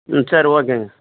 ம் சரி ஓகேங்க